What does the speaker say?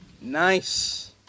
nice